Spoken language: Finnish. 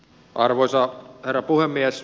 arvoisa herra puhemies